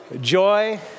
Joy